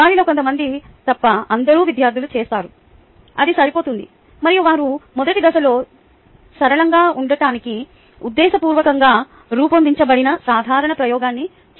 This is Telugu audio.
వారిలో కొంత మంది తప్ప అందరూ విద్యార్ధులు చేస్తారు అది సరిపోతుంది మరియు వారు మొదటి దశలో సరళంగా ఉండటానికి ఉద్దేశపూర్వకంగా రూపొందించబడిన సాధారణ ప్రయోగాన్ని చేయవలసి ఉంటుంది